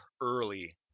early